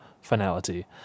Finality